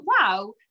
wow